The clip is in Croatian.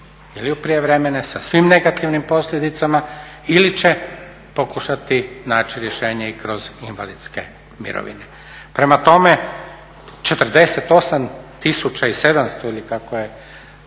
ili u prijevremene sa svim negativnim posljedicama ili će pokušati naći rješenje i kroz invalidske mirovine. Prema tome, 48 tisuća i 700